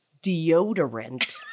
deodorant